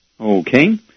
Okay